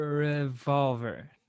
revolver